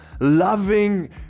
loving